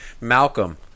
Malcolm